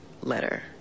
letter